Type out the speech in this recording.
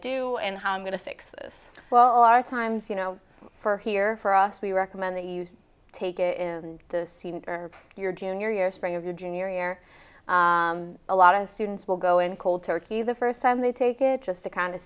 do and how i'm going to fix this well are times you know for here for us we recommend they use take in the scene or your junior year spring of your junior year a lot of students will go in cold turkey the first time they take it just to kind of